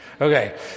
Okay